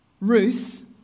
Ruth